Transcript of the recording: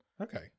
Okay